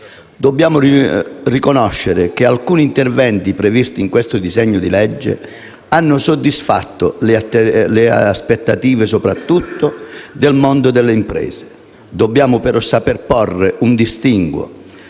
Dobbiamo riconoscere che alcuni interventi previsti in questo disegno di legge hanno soddisfatto le aspettative, soprattutto del mondo delle imprese. Dobbiamo però saper porre un distinguo